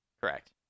Correct